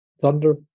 thunder